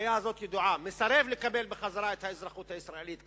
הבעיה הזאת ידועה מסרב לקבל בחזרה את האזרחות הישראלית.